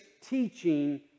teaching